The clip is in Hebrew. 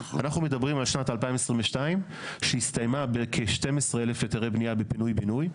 אנחנו מדברים על שנת 2022 שהסתיימה בכ-12,000 היתרי בנייה פינוי בינוי.